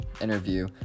interview